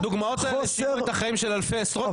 הדוגמאות האלה הפקירו את החיים של עשרות אלפי אנשים.